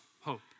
hope